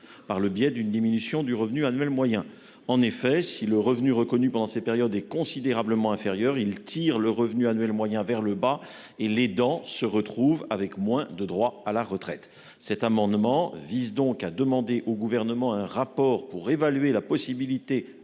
aide entraîne une diminution de leur revenu annuel moyen. En effet, le revenu reconnu pendant ces périodes étant considérablement inférieur, il tire le revenu annuel moyen vers le bas et l'aidant se retrouve avec moins de droits à la retraite. Cet amendement vise donc à demander au Gouvernement un rapport pour évaluer la possibilité